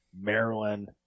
Maryland